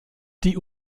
die